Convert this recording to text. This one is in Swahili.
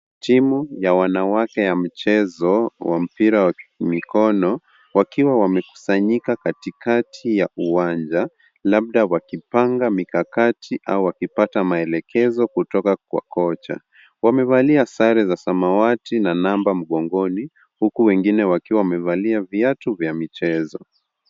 Timu ya wanawake ya michezo wa mpira wa mikono, wakiwa wamekusanyika katikati ya uwanja, labda wakipanga mikakati au wakipata maelekezo kutoka kwa kocha. Wamevalia sare za samawati na namba mgongoni, huku wengine wakiwa wamevalia viatu vya michezo.